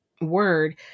word